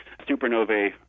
supernovae